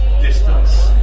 distance